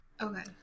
Okay